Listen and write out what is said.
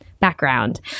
background